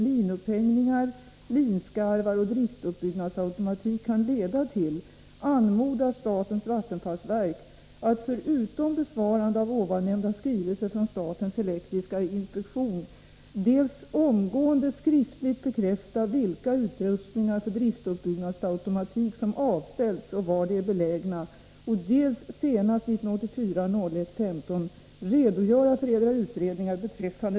linupphängningar, linskarvar och driftuppbyggnads automatik kan leda till anmodas statens vattenfallsverk att — förutom besvarande av ovannämnda skrivelse från statens elektriska inspektion — dels omgående skriftligt bekräfta vilka utrustningar för driftuppbyggnadsautomatik som avställts och var de är belägna och dels senast 1984-01-15 redogöra för Edra utredningar betr.